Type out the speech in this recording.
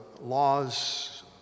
laws